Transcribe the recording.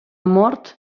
mort